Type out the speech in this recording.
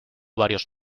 varios